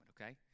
okay